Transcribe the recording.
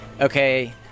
okay –